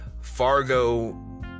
Fargo